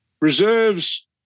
reserves